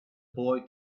boy